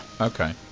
Okay